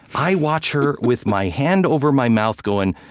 i watch her with my hand over my mouth going,